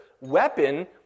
weapon